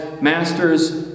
masters